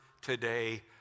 today